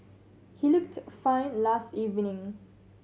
he looked fine last evening